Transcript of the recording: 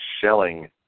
shelling